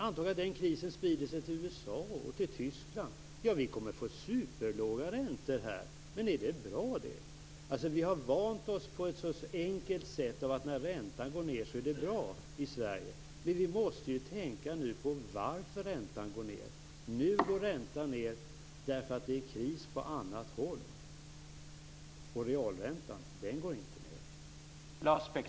Anta att den krisen sprider sig till USA och Tyskland, då kommer vi att få superlåga räntor här. Men är det bra? Vi har vant oss vid att det är så enkelt som att när räntan går ned, då går det bra i Sverige. Vi måste också tänka på varför räntan går ned. Nu går räntan ned därför att det är kris på annat håll. Men realräntan, den går inte ned.